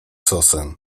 sosen